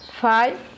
five